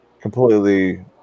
completely